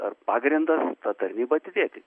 ar pagrindas tą tarnybą atidėti